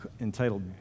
entitled